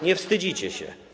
Nie wstydzicie się?